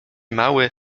mały